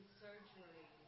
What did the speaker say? surgery